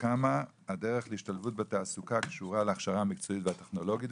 כמה הדרך להשתלבות בתעסוקה קשורה להכשרה המקצועית והטכנולוגית,